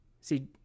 See